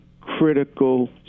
critical